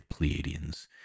Pleiadians